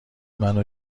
منو